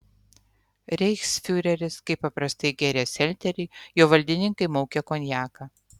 reichsfiureris kaip paprastai gėrė selterį jo valdiniai maukė konjaką